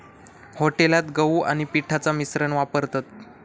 हॉटेलात गहू आणि पिठाचा मिश्रण वापरतत